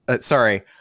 sorry